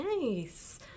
Nice